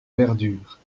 verdure